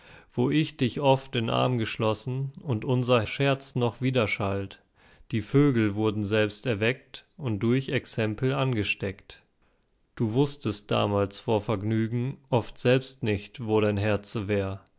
wo ich dich oft in arm geschlossen und unser scherz noch widerschallt die vögel wurden selbst erweckt und durch exempel angesteckt du wußtest damals vor vergnügen oft selbst nicht wo dein herze wär